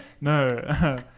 no